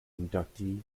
inductee